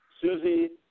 Susie